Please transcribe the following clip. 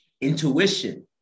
intuition